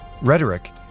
rhetoric